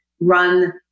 run